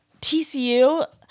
TCU